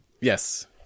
Yes